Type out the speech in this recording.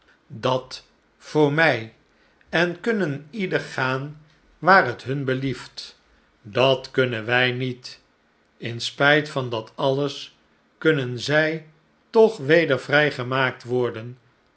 dat voor mij en kunnen ieder gaan waar het hun belieft dat kunnen wij niet in spyt van dat alles kunnen zij toch weder vrijgemaakt worden